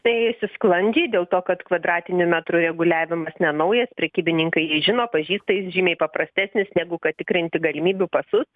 tai ėjosi sklandžiai dėl to kad kvadratinių metrų reguliavimas nenaujas prekybininkai jį žino pažįsta jis žymiai paprastesnis negu kad tikrinti galimybių pasus